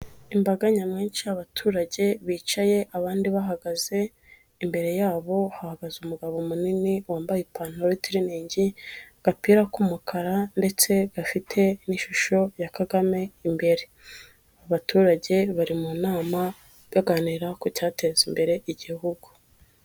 Imbaga nyamwinshi y'abaturage bicaye abandi bahagaze, imbere yabo hahagaze umugabo munini wambaye ipantaro y'itiriningi, agapira k'umukara ndetse gafite n'ishusho ya Kagame imbere, abaturage bari mu nama baganira ku cyateza imbere igihugu.